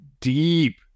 deep